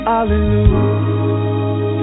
Hallelujah